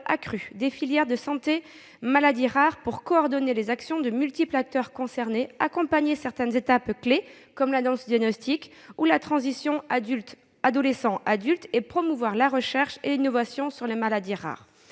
accru des filières de santé Maladies rares pour coordonner les actions des multiples acteurs concernés, accompagner le malade lors de certaines étapes clés, comme l'annonce du diagnostic ou la transition adolescent-adulte, et promouvoir la recherche et l'innovation sur les maladies rares.